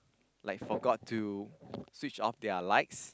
like forgot to switch off their lights